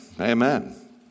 Amen